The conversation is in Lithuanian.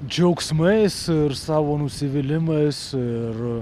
džiaugsmais ir savo nusivylimais ir